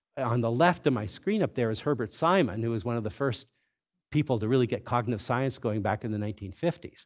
on the left of my screen up there is herbert simon, who was one of the first people to really get cognitive science going back in the nineteen fifty s.